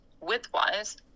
width-wise